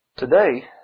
Today